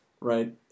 right